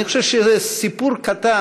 אני חושב שזה סיפור קטן.